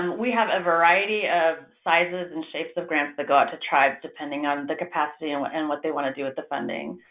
we have a variety of sizes and shapes of grants that go out to tribes depending on the capacity and what and what they want to do with the funding.